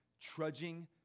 trudging